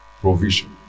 provision